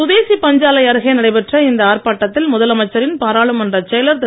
சுதேசி பஞ்சாலை அருகே நடைபெற்ற இந்த ஆர்ப்பாட்டத்தில் முதலமைச்சரின் பாராளுமன்றச் செயலர் திரு